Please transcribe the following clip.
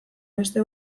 beste